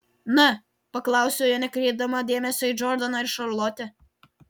na paklausiau jo nekreipdama dėmesio į džordaną ir šarlotę